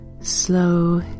slow